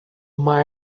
mar